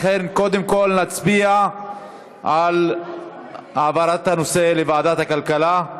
לכן קודם כול נצביע על העברת הנושא לוועדת הכלכלה.